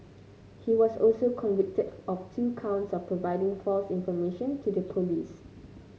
he was also convicted of two counts of providing false information to the police